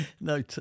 no